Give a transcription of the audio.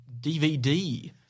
DVD